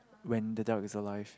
when the duck is alive